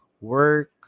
work